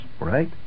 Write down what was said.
right